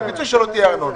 שלא תהיה ארנונה.